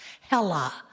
hella